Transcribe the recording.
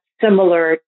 similar